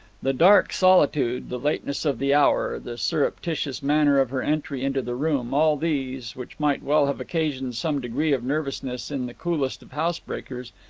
the dark solitude, the lateness of the hour, the surreptitious manner of her entry into the room, all these, which might well have occasioned some degree of nervousness in the coolest of housebreakers,